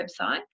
website